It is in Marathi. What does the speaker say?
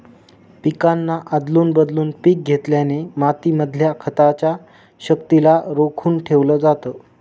पिकांना आदलून बदलून पिक घेतल्याने माती मधल्या खताच्या शक्तिला रोखून ठेवलं जातं